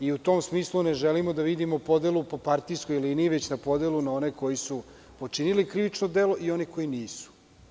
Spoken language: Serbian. U tom smislu, ne želimo da vidimo podelu po partijskoj liniji, već podelu na one koji su počinili krivično delo i na one koji nisu.